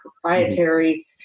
proprietary